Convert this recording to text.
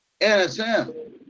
nsm